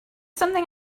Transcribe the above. something